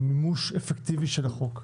מימוש אפקטיבי של החוק.